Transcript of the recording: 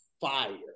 fire